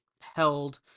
held